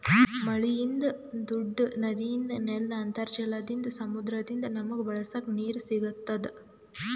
ಮಳಿಯಿಂದ್, ದೂಡ್ಡ ನದಿಯಿಂದ್, ನೆಲ್ದ್ ಅಂತರ್ಜಲದಿಂದ್, ಸಮುದ್ರದಿಂದ್ ನಮಗ್ ಬಳಸಕ್ ನೀರ್ ಸಿಗತ್ತದ್